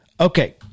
Okay